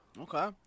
Okay